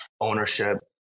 ownership